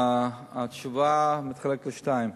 התשובה מתחלקת לשניים.